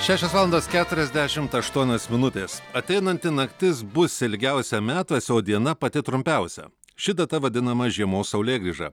šešios valandos keturiasdešimt aštuonios minutės ateinanti naktis bus ilgiausia metuose o diena pati trumpiausia ši data vadinama žiemos saulėgrįža